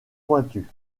pointu